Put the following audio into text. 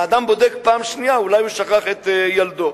והאדם בודק פעם שנייה, אולי הוא שכח את ילדו.